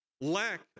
lack